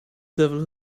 devil